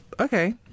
Okay